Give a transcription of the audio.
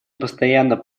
постоянно